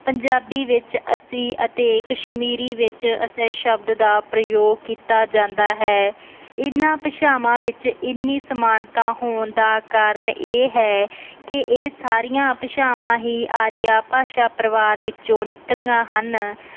ਪੰਜਾਬੀ ਵਿੱਚ ਅਸੀਂ ਅਤੇ ਕਸ਼ਮੀਰੀ ਵਿੱਚ ਅਸ਼ੇ ਸ਼ਬਦ ਦਾ ਪ੍ਰਯੋਗ ਕੀਤਾ ਜਾਂਦਾ ਹੈ ਇਨ੍ਹਾਂ ਭਾਸ਼ਾਵਾਂ ਵਿੱਚ ਇੰਨੀ ਸਮਾਨਤਾ ਹੋਣ ਦਾ ਕਾਰਨ ਇਹ ਹੈ ਕਿ ਇਹ ਸਾਰੀਆਂ ਭਾਸ਼ਾਵਾਂ ਹੀ ਆਰੀਆ ਭਾਸ਼ਾ ਪਰਿਵਾਰ ਵਿੱਚੋਂ ਨਿਕਲੀਆਂ ਹਨ